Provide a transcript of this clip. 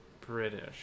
British